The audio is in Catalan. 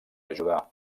ajudar